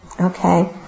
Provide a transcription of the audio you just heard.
Okay